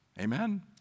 Amen